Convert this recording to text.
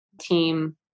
team